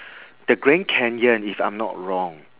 the grand canyon if I'm not wrong